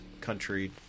country